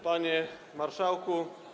Panie Marszałku!